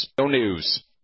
News